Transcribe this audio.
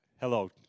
Hello